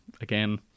again